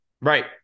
Right